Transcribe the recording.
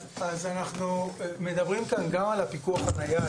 אז אנחנו מדברים כאן גם על הפיקוח הנייד,